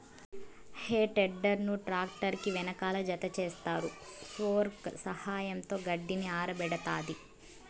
హే tedder ను tractor కి వెనకాల జతచేస్తారు, ఫోర్క్ల సహాయంతో గడ్డిని ఆరబెడతాది